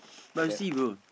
but you see bro